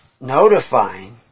notifying